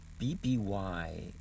BBY